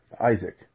Isaac